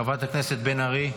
חברת הכנסת בן ארי,